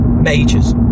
Majors